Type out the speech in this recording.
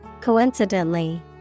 Coincidentally